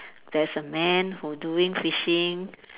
there's a man who doing fishing